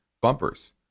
bumpers